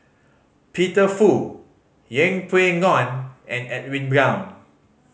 Peter Fu Yeng Pway Ngon and Edwin Brown